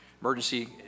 emergency